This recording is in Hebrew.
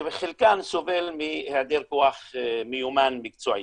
שחלקן סובל מהיעדר כוח מיומן מקצועי.